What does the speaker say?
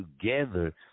together